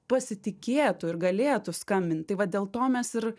pasitikėtų ir galėtų skambint tai va dėl to mes ir